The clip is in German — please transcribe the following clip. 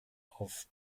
auf